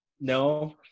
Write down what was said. no